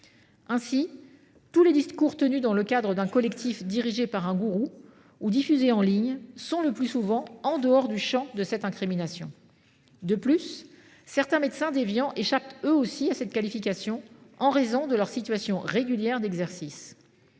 Ainsi, tous les discours tenus dans le cadre d’un collectif dirigé par un gourou ou diffusés en ligne se situent le plus souvent en dehors du champ de cette incrimination. De plus, certains médecins déviants échappent eux aussi à cette qualification en raison de leur situation régulière d’exercice.